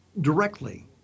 directly